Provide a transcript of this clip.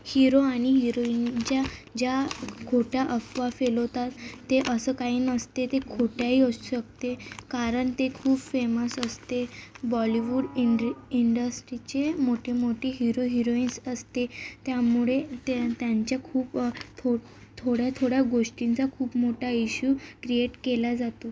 hero आणि heroine ज्या ज्या खोट्या अफवा फैलावतात ते असं काही नसते ते खोटंही असू शकते कारण ते खूप फेमस असतात बॉलीवुड इंड्री इंडस्टीची मोठी मोठी हिरो हिरोईन्स असते त्यामुळे त्या त्यांच्या खूप थो थोड्या गोष्टींचा खूप मोठा इश्यू क्रिएट केला जातो